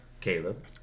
Caleb